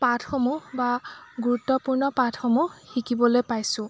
পাঠসমূহ বা গুৰুত্বপূৰ্ণ পাঠসমূহ শিকিবলৈ পাইছোঁ